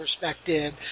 perspective